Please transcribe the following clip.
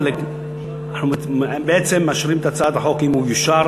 אנחנו בעצם מאשרים את הצעת החוק, אם היא תאושר,